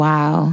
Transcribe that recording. Wow